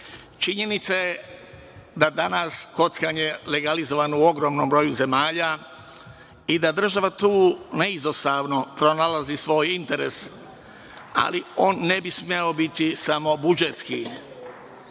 je da je danas kockanje legalizovano u ogromnom broju zemalja, i da država tu neizostavno pronalazi svoj interes, ali on ne bi smeo biti samo